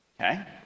okay